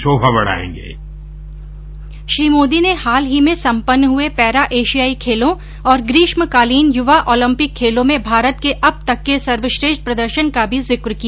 श्री मोदी ने हाल ही में सम्पन्न हुए पैरा एशियाई खेलों और ग्रीष्मकालीन युवा ओलम्पिक खेलों में भारत के अब तक के सर्वश्रेष्ठ प्रदर्शन का भी जिक्र किया